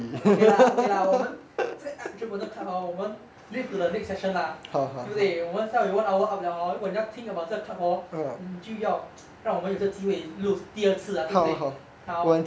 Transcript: okay lah okay lah 我们这个 entrepreneur club hor 我们 leave to the next session lah 对不对我们现在 one hour up liao hor 如果你要听 about 这个 club hor 你就要 让我们有这个机会录第二次对不对好